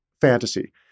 fantasy